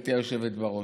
גברתי היושבת-ראש,